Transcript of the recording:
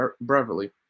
Beverly